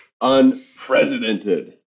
unprecedented